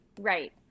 Right